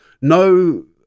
no